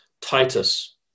Titus